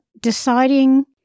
deciding